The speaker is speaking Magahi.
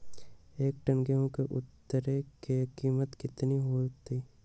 एक टन गेंहू के उतरे के कीमत कितना होतई?